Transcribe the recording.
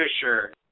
Fisher